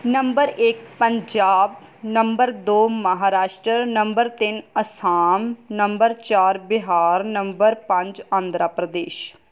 number ਇੱਕ Punjab number ਦੋ Maharashtra number ਤਿੰਨ ਅਸਾਮ ਨੰਬਰ ਚਾਰ ਬਿਹਾਰ ਨੰਬਰ ਪੰਜ ਆਂਧਰਾ ਪ੍ਰਦੇਸ਼